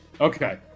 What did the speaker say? Okay